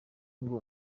ngo